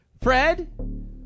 Fred